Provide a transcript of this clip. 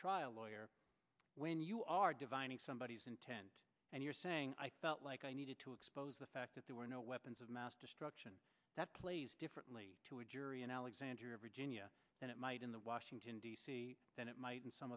trial lawyer when you are defining somebodies intent and you're saying i felt like i needed to expose the fact that there were no weapons of mass destruction that plays differently to a jury in alexandria virginia than it might in the washing and it might in some